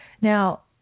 Now